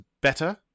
better